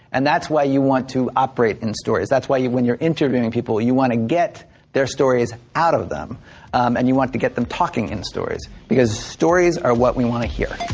and that's why you want to operate in stories. that's why when you're interviewing people, you want to get their stories out of them um and you want to get them talking in stories. because stories are what we want to hear